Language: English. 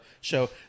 show